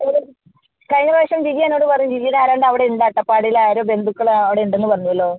ഒരു കഴിഞ്ഞ പ്രാവശ്യം ജിജി എന്നോട് പറഞ്ഞു ജിജിയുടെ ആരാണ്ട് അവിടെ ഉണ്ട് അട്ടപ്പാടിയിൽ ആരോ ബന്ധുക്കൾ അവിടെ ഉണ്ടെന്ന് പറഞ്ഞല്ലോ